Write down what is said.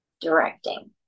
directing